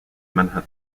manhattan